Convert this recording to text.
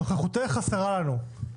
נוכחותך חסרה לנו.